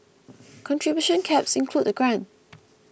contribution caps include the grant